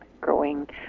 growing